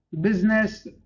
business